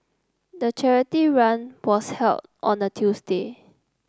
the charity run was held on a Tuesday